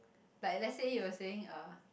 like let's say you were saying uh